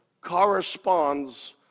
corresponds